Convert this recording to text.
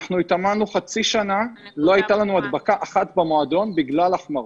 אנחנו התאמנו חצי שנה ולא הייתה לנו הדבקה אחת במועדון בגלל החמרות.